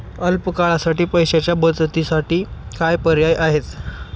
अल्प काळासाठी पैशाच्या बचतीसाठी काय पर्याय आहेत?